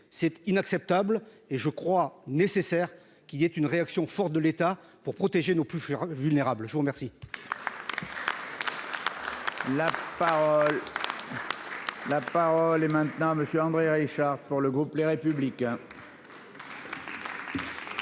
est inacceptable, et je crois nécessaire qu'il y ait une réaction forte de l'État pour protéger nos plus vulnérables. La parole